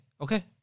okay